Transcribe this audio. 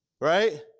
Right